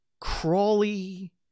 crawly